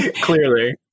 Clearly